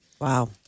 Wow